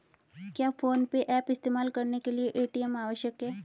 क्या PhonePe app इस्तेमाल करने के लिए ए.टी.एम आवश्यक है?